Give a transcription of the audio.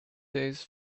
days